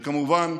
וכמובן,